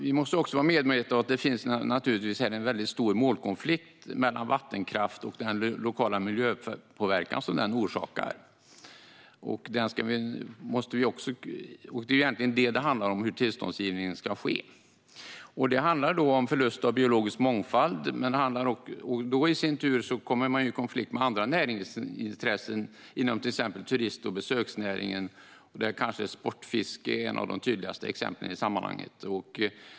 Vi måste också vara medvetna om att det naturligtvis finns en stor målkonflikt mellan vattenkraft och den lokala miljöpåverkan som den orsakar, och detta handlar egentligen om hur tillståndsgivningen ska ske. Det handlar om förlust av biologisk mångfald, och då kommer man i sin tur i konflikt med andra näringsintressen inom till exempel turist och besöksnäringen, där kanske sportfisket är ett av de tydligaste exemplen i sammanhanget.